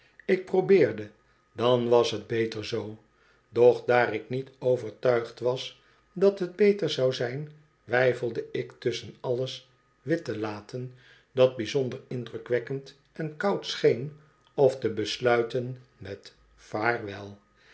ik probeerde dan was t beter zoo doch daar ik niet overtuigd was dat t beter zou zijn weifelde ik tusschen alles wit te laten dat bijzonder indrukwekkend en koud scheen of te besluiten met vaarwel